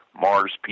Mars